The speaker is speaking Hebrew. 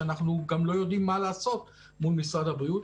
שאנחנו גם לא יודעים מה לעשות מול משרד הבריאות.